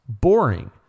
boring